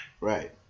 right